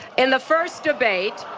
and the first debate,